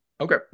Okay